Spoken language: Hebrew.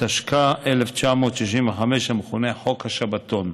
התשכ"ה 1965, המכונה "חוק השבתון".